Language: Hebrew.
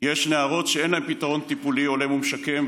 יש נערות שאין להן פתרון טיפולי הולם ומשקם,